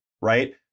right